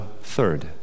third